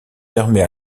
permet